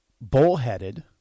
bullheaded